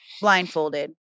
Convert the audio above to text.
Blindfolded